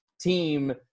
team